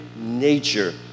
nature